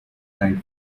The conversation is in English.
life